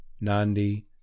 Nandi